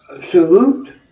Salute